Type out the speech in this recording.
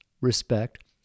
respect